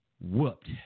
whooped